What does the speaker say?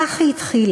כך היא התחילה,